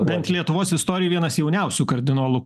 bent lietuvos istorijoj vienas jauniausių kardinolų